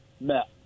met